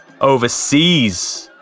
Overseas